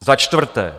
Za čtvrté.